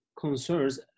concerns